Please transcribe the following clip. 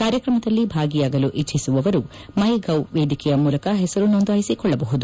ಕಾರ್ಯಕ್ರಮದಲ್ಲಿ ಭಾಗಿಯಾಗಲು ಇಚ್ಛಿಸುವವರು ಮೈ ಗೌ ವೇದಿಕೆಯ ಮೂಲಕ ಹೆಸರು ನೋಂದಾಯಿಸಿಕೊಳ್ಳಬಹುದು